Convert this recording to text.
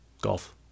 Golf